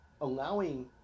allowing